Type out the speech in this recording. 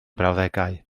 brawddegau